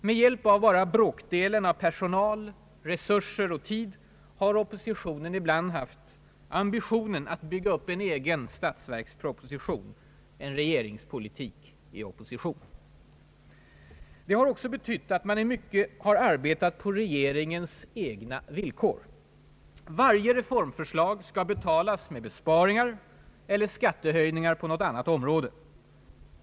Med hjälp av bara bråkdelen av personal, resurser och tid har oppositionen ibland haft ambitionen att bygga upp en egen statsverksproposition, en »regeringspolitik i opposition». Det har också betytt att man i mycket har arbetat på regeringens egna villkor. Varje reformförslag skall betalas med besparingar eller skattehöjningar på något annat område.